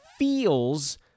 feels